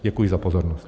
Děkuji za pozornost.